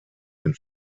den